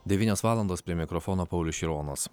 devynios valandos prie mikrofono paulius šironas